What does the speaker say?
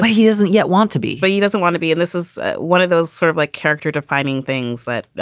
but he isn't yet want to be. but he doesn't want to be. and this is one of those sort of like character defining things that.